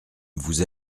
vous